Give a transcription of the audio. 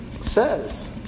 says